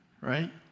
Right